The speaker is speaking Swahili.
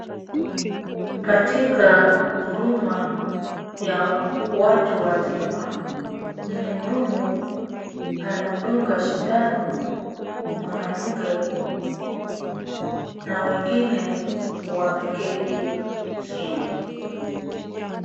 Katika huduma ya watu wazima, mhudumu anamdunga sindano mwanamke na wengine wameketi chini.